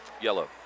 Yellow